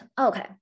Okay